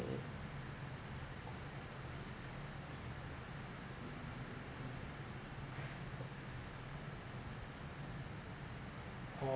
oh